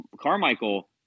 Carmichael